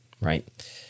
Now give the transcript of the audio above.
right